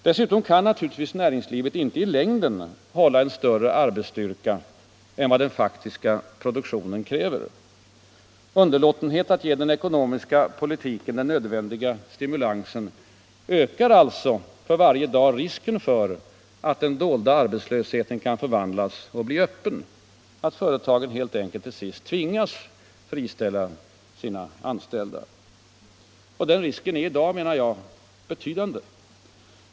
I längden kan naturligtvis inte näringslivet hålla en större arbetsstyrka än vad den faktiska produktionen kräver. Underlåtenhet att ge den ekonomiska politiken den nödvändiga stimulansen ökar alltså för varje dag risken för att den dolda arbetslösheten kan förvandlas och bli öppen, att företagen helt enkelt till sist tvingas friställa sina anställda. Jag menar att den risken i dag är betydande.